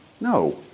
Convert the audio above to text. No